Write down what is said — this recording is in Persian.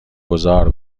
گذار